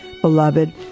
beloved